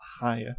higher